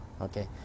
Okay